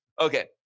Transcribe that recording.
Okay